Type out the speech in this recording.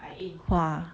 !wah!